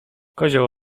kozioł